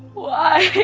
why